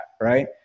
right